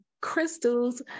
Crystal's